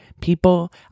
People